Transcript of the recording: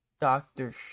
Doctor